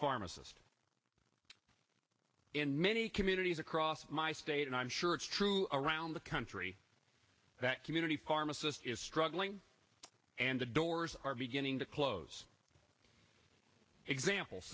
pharmacist in many communities across my state and i'm sure it's true around the country that community pharmacist is struggling and the doors are beginning to close example